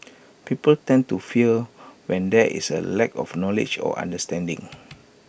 people tend to fear when there is A lack of knowledge or understanding